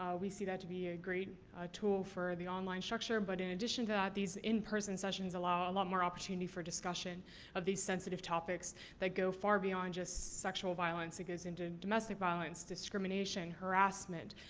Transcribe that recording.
um we see that to be a great tool for the online structure. but, in addition to that, these in-person sessions allow a lot more opportunity for discussion of these sensitive topics that go far beyond just sexual violence. it goes into domestic violence, discrimination, harassment,